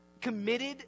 committed